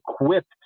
equipped